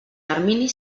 termini